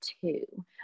two